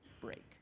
break